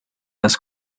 las